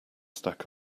stack